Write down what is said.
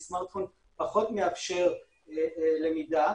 כי סמרטפון פחות מאפשר למידה,